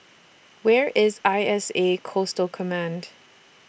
Where IS I S A Coastal Command